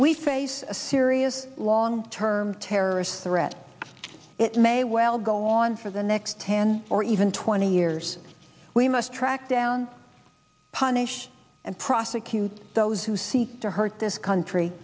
we face a serious long term terrorist threat it may well go on for the next ten or even twenty years we must track down punish and prosecute those who seek to hurt this country